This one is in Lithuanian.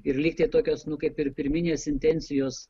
ir lygtai tokios nu kaip ir pirminės intencijos